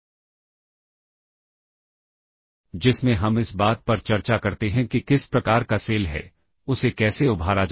तो यह इस तरह से काम करता है कि यह स्टैक के द्वारा पॉइंट किए हुए मेमोरी लोकेशन से कंटेंट को कॉपी करता है और ई रजिस्टर तक पहुँचाता है